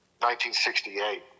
1968